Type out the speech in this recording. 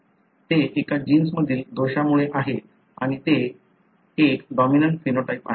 हे एका जीन्सतील दोषामुळे आहे आणि ते एक डॉमिनंट फिनोटाइप आहे